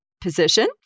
position